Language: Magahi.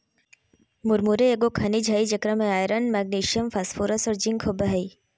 मुरमुरे एगो खनिज हइ जेकरा में आयरन, मैग्नीशियम, फास्फोरस और जिंक होबो हइ